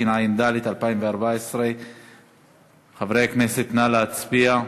15), התשע"ד 2014. חברי הכנסת, נא להצביע.